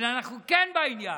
אבל אנחנו כן בעניין,